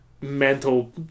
mental